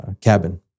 cabin